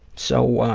so,